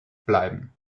bleiben